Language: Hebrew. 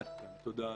עד כאן, תודה אדוני.